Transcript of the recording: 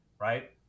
right